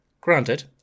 Granted